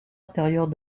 intérieure